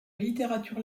littérature